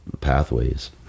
Pathways